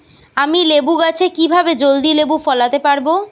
আমি লেবু গাছে কিভাবে জলদি লেবু ফলাতে পরাবো?